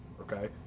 okay